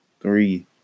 three